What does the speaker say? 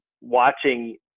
watching